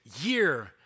year